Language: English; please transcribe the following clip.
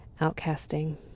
outcasting